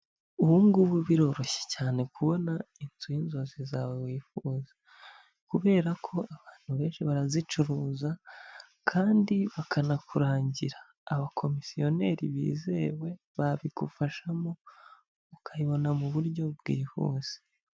Ubu ngubu biroroshye cyane kubona inzu y'inzozi zawe wifuza, kubera ko abantu benshi barazicuruza kandi bakanakurangira, abakomisiyoneri bizewe babigufashamo ukayibona mu buryo bwihuse.